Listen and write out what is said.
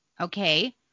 Okay